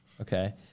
Okay